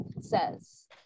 says